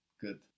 Good